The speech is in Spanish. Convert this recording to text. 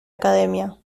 academia